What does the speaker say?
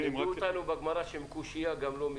לימדו אותנו בגמרא שעם קושיה גם לא מתים,